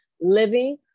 living